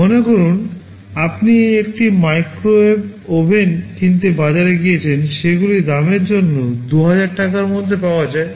মনে করুন আপনি একটি মাইক্রোওয়েভ ওভেন কিনতে বাজারে গিয়েছেন সেগুলি দামের জন্য ২০০০ টাকার মধ্যে পাওয়া যায়